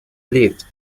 lifts